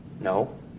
no